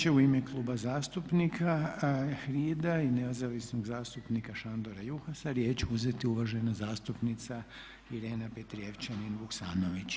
Sad će u ime Kluba zastupnika HRID-a i nezavisnog zastupnika Šandora Juhasa riječ uzeti uvažena zastupnica Irena Petrijevčanin Vuksanović.